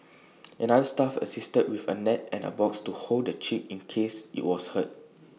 another staff assisted with A net and A box to hold the chick in case IT was hurt